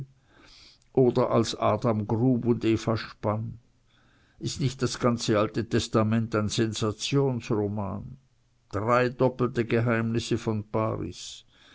oder als adam grub und eva spann ist nicht das ganze alte testament ein sensationsroman dreidoppelte geheimnisse von paris